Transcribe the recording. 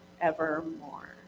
evermore